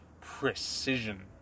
precision